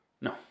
No